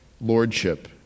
lordship